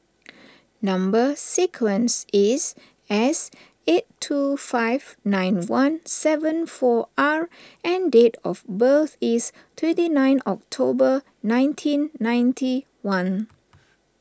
Number Sequence is S eight two five nine one seven four R and date of birth is twenty nine October nineteen ninety one